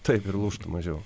taip ir lūžtų mažiau